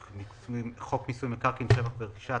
לחוק מיסוי מקרקעין (שבח ורכישה),